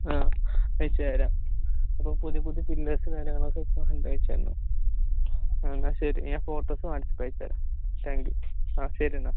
ആ അയച്ച് തരാം അപ്പോൾ പുതിയ പുതിയ പില്ലേഴ്സ് കാര്യങ്ങളൊക്കെ ഫോണില് അയച്ച് തരണോ ആ എന്നാൽ ശരി ഞാൻ ഫോട്ടോസ് വാട്സാപ്പ് അയച്ച് തരാം താങ്ക്യു ആ ശരി എന്നാൽ